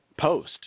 post